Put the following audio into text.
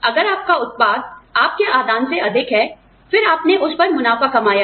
अगर आपका उत्पाद आपके आदान से अधिक है फिर आपने उस पर मुनाफा कमाया है